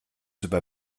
über